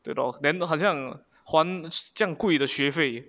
对 lor then 好像还将贵的学费